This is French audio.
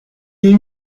est